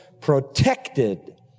protected